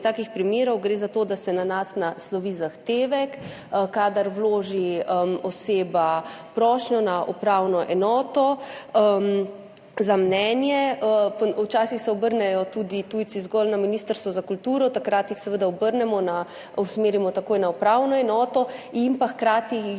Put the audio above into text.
gre za to, da se na nas naslovi zahtevek, kadar vloži oseba prošnjo na upravno enoto, za mnenje. Včasih se obrnejo tujci tudi zgolj na Ministrstvo za kulturo, takrat jih seveda obrnemo, takoj usmerimo na upravno enoto in hkrati jih že